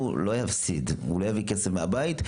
הוא לא יפסיד והוא לא יביא כסף מהבית,